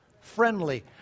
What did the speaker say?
friendly